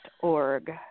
org